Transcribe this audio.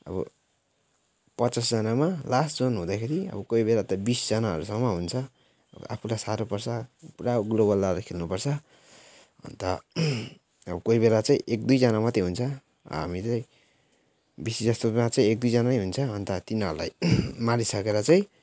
अब पचासजनामा last zone हुँदाखेरि अब कोही बेला त बिसजनाहरूसम्म हुन्छ अब आफूलाई साह्रो पर्छ पुरा गुडवलाहरू खेल्नु पर्छ अन्त अब कोही बेला चाहिँ एकदुइजना मात्रै हुन्छ हामी चाहिँ बेसी जस्तोमा चाहिँ एकदुइजना हुन्छ अन्त तिनीहरूलाई मारिसकेर चाहिँ